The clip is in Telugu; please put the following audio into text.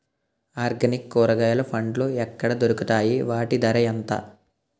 ఆర్గనిక్ కూరగాయలు పండ్లు ఎక్కడ దొరుకుతాయి? వాటి ధర ఎంత?